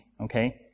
Okay